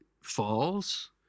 falls